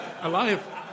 alive